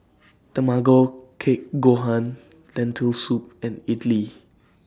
Tamago Kake Gohan Lentil Soup and Idili